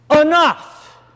enough